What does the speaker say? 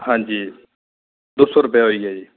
हांजी दो सौ रुपया होई गेआ जी